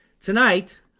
Tonight